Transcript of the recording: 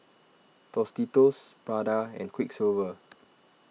Tostitos Prada and Quiksilver